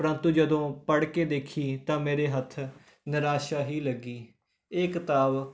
ਪ੍ਰੰਤੂ ਜਦੋਂ ਪੜ੍ਹ ਕੇ ਦੇਖੀ ਤਾਂ ਮੇਰੇ ਹੱਥ ਨਿਰਾਸ਼ਾ ਹੀ ਲੱਗੀ ਇਹ ਕਿਤਾਬ